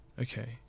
okay